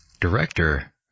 director